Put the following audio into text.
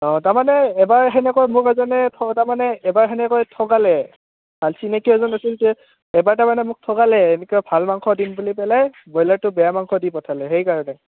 অঁ তাৰমানে এবাৰ সেনেকৈ মোক এজনে তাৰমানে এবাৰ সেনেকৈ ঠগালে ভাল চিনাকি এজন আছিল তেওঁ এবাৰ তাৰমানে মোক ঠগালে এনেকুৱা ভাল মাংস দিম বুলি পেলাই ব্ৰইলাৰটো বেয়া মাংস দি পঠালে সেইকাৰণে